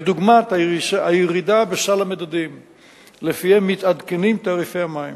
דוגמת הירידה בסל המדדים שלפיהם מתעדכנים תעריפי המים.